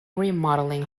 remodeling